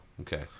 Okay